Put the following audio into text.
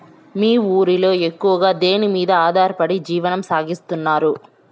మీ ఊరిలో ఎక్కువగా దేనిమీద ఆధారపడి జీవనం సాగిస్తున్నారు?